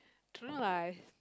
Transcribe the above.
I don't lah I